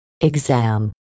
exam